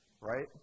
right